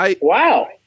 Wow